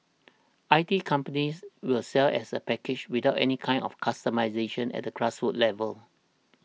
I T companies will sell as a package without any kind of customisation at a grassroots level